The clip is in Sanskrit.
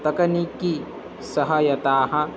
तकनीकी सहायताः